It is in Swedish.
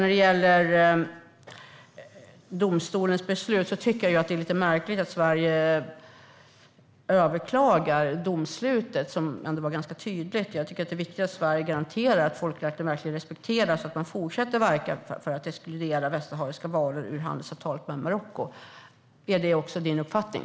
När det gäller domstolens beslut tycker jag att det är lite märkligt att Sverige överklagade domslutet, som ändå var ganska tydligt. Jag tycker att det är viktigt att Sverige garanterar att folkrätten verkligen respekteras och att man fortsätter för att verka för att exkludera västsahariska varor ur handelsavtalet med Marocko. Är det också din uppfattning?